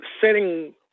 setting